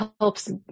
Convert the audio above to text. helps